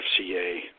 FCA